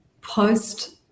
post